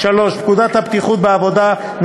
3. פקודת הבטיחות בעבודה ,